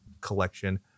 collection